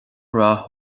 rath